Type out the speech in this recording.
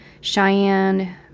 Cheyenne